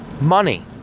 money